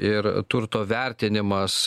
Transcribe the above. ir turto vertinimas